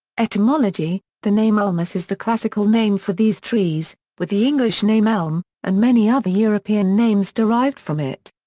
etymology the name ulmus is the classical name for these trees, with the english name elm and many other european names derived from it.